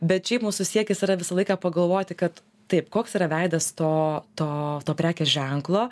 bet šiaip mūsų siekis yra visą laiką pagalvoti kad taip koks yra veidas to to prekės ženklo